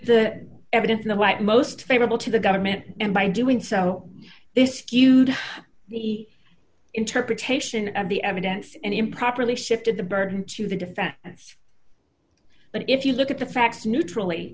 the evidence in the light most favorable to the government and by doing so this skewed the interpretation of the evidence and improperly shifted the burden to the defense but if you look at the facts ne